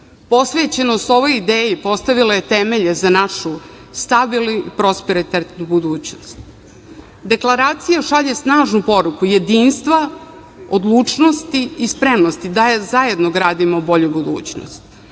Posvećenost ovoj ideji postavila je temelje za našu stabilnu i prosperitetnu budućnost. Deklaracija šalje snažnu poruku jedinstva, odlučnosti i spremnosti da zajedno gradimo bolju budućnost.